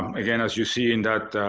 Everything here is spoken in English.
um again, as you see in that